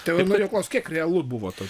tai va norėjau klaust kiek realu buvo ta